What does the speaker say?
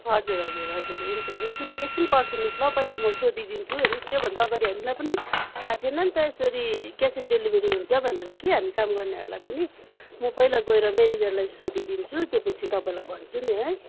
हजुर हजुर हजुर हुन्छ एकछिन एकछिन पर्खिनुहोस् ल पहिला म सोधिदिन्छु हेर्नुहोस् योभन्दा अगाडि हामीलाई पनि थाहा थिएन नि त यसरी क्यास अन डेलिभरी हुन्छ भनेर कि हामी काम गर्नेहरूलाई पनि म पहिला गएर म्यानेजरलाई सोधिदिन्छु त्यो पछि तपाईँलाई भन्छु नि है